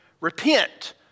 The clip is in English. Repent